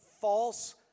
false